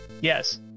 Yes